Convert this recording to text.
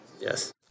Yes